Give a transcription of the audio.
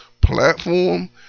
platform